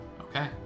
Okay